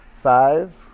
Five